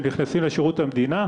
שנכנסים לשירות המדינה,